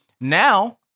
Now